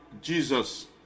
jesus